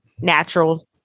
natural